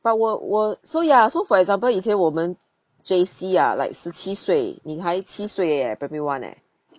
but 我我 so ya so for example 以前我们 J_C ah like 十七岁你还七岁而已 eh primary one leh